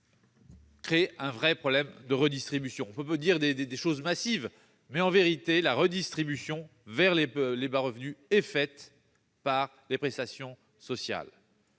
crée un vrai problème de redistribution. On peut tenir de grands discours, mais la redistribution vers les bas revenus est faite par les prestations sociales,